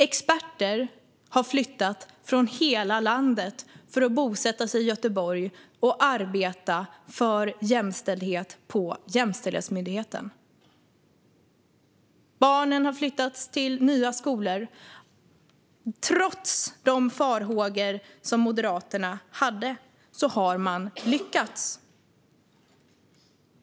Experter har flyttat från hela landet för att bosätta sig i Göteborg och arbeta för jämställdhet på Jämställdhetsmyndigheten. Barnen har flyttats till nya skolor. Trots de farhågor som Moderaterna hyste har man lyckats.